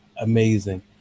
amazing